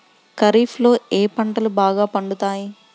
ఖరీఫ్లో ఏ పంటలు బాగా పండుతాయి?